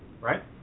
right